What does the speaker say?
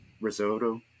risotto